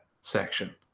section